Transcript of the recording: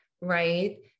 right